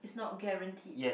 is not guaranteed